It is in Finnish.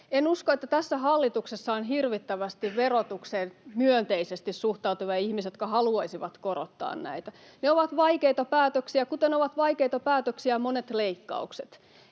En usko, että tässä hallituksessa on hirvittävästi verotukseen myönteisesti suhtautuvia ihmisiä, jotka haluaisivat korottaa näitä. Ne ovat vaikeita päätöksiä, kuten ovat vaikeita päätöksiä monet leikkauksetkin.